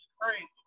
crazy